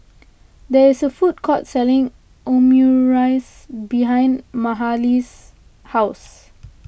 there is a food court selling Omurice behind Mahalie's house